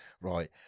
right